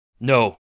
No